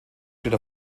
steht